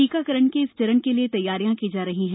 टीकाकरण के इस चरण के लिए तैयारियां की जा रही हैं